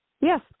Yes